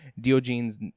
Diogenes